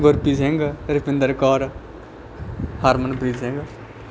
Gurpreet Singh Rupinder Kaur Harmanpreet Singh